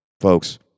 Folks